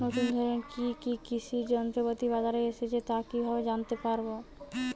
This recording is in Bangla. নতুন ধরনের কি কি কৃষি যন্ত্রপাতি বাজারে এসেছে তা কিভাবে জানতেপারব?